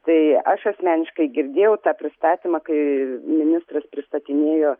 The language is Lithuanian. tai aš asmeniškai girdėjau tą pristatymą kai ministras pristatinėjo